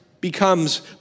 becomes